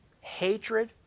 hatred